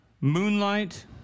Moonlight